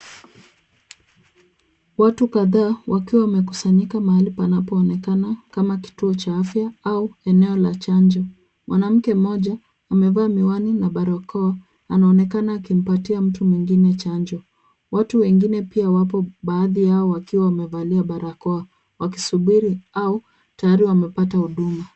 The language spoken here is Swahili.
Watu kadhaa wakiwa wamekusanyika mahali panapoonekana kama kituo cha afya au eneo la chanjo. Mwanamke mmoja umevaa miwani na barakoa anaonekana akimpatia mtu mwingine chanjo. Watu wengine pia wapo baadhi yao wakiwa wamevalia barakoa, wakisubiri au tayari wamepata huduma.